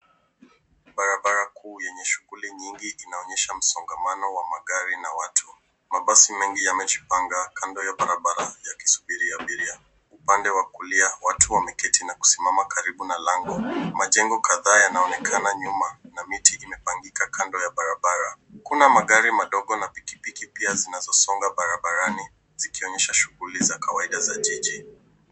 Barabara kuu yenye shughuli inaonyesha msongamano wa magari na watu. Mabasi mengi yamejipanga kando ya barabara ya kisubiri abiria. Upande wa kulia, watu wameketi na kusimama karibu na lango. Majengo kadhaa yanaonekana nyuma na miti imepangika kando ya barabara . Kuna magari madogo na pikipiki pia zinazosonga barabarani zikionyesha shughuli za kawaida za jiji.